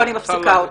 אני מפסיקה אותך.